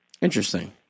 Interesting